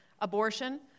abortion